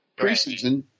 preseason –